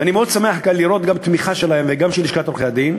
ואני מאוד שמח לראות כאן תמיכה גם שלהם וגם של לשכת עורכי-הדין.